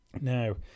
Now